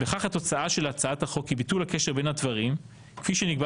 בכך התוצאה של הצעת החוק היא ביטול הקשר בין הדברים כפי שנקבע